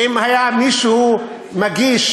ואם היה מישהו מגיש